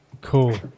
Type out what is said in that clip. Cool